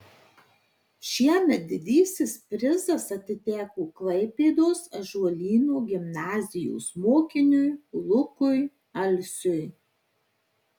šiemet didysis prizas atiteko klaipėdos ąžuolyno gimnazijos mokiniui lukui alsiui